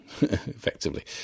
effectively